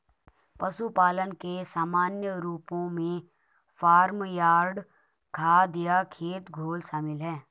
पशु खाद के सामान्य रूपों में फार्म यार्ड खाद या खेत घोल शामिल हैं